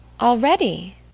Already